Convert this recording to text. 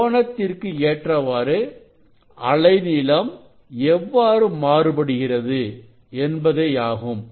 கோணத்திற்கு ஏற்றவாறு அலைநீளம் எவ்வாறு மாறுபடுகிறது என்பதேயாகும்